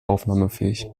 aufnahmefähig